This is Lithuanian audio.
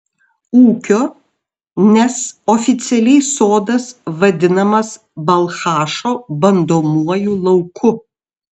ūkio nes oficialiai sodas vadinamas balchašo bandomuoju lauku